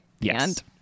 Yes